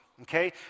okay